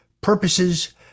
purposes